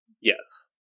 Yes